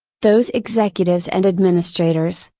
those executives and administrators,